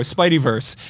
Spideyverse